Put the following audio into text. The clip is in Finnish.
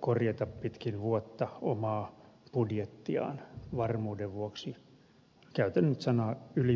korjata pitkin vuotta omaa budjettiaan varmuuden vuoksi käytän nyt tätä sanaa ylibudjetoitiin